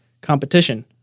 competition